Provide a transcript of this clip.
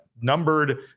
numbered